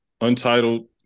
Untitled